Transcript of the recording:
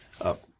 Up